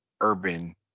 urban